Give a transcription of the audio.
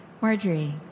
Marjorie